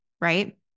right